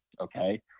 Okay